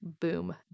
Boom